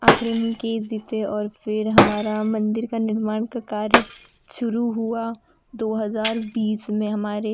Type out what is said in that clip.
आखिरी में हम केस जीते और फिर हमारा मंदिर का निर्माण का कार्य शुरू हुआ दो हज़ार बीस में हमारे